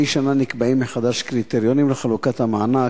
שנה נקבעים מחדש קריטריונים לחלוקת המענק,